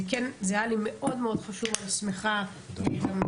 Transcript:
זה היה לי מאוד מאוד חשוב ואני שמחה ואני